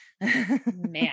man